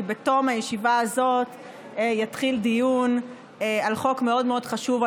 כי בתום הישיבה הזאת יתחיל דיון על חוק מאוד מאוד חשוב,